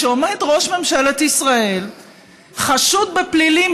כשעומד ראש ממשלת ישראל חשוד בפלילים,